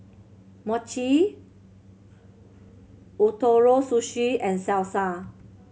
Mochi Ootoro Sushi and Salsa